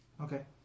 Okay